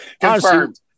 Confirmed